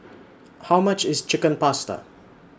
How much IS Chicken Pasta